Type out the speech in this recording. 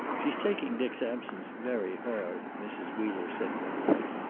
she's taking dick's absence very hard, mrs. wheeler said one night,